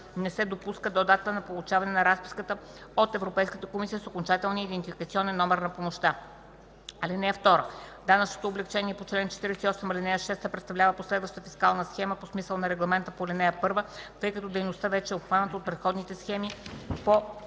не се допуска до датата на получаване на разписката от Европейската комисия с окончателния идентификационен номер на помощта. (2) Данъчното облекчение по чл. 48, ал. 6 представлява последваща фискална схема по смисъла на регламента по ал. 1, тъй като дейността вече е обхваната от предходна схема под